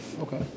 Okay